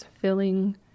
filling